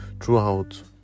throughout